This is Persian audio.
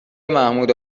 محمود